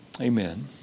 Amen